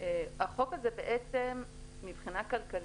החוק הזה מבחינה כלכלית,